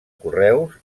correus